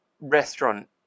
restaurant